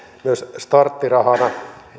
myös starttirahana